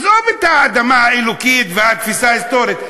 עזוב את האדמה האלוקית והתפיסה ההיסטורית.